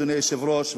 אדוני היושב-ראש,